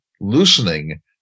loosening